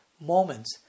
moments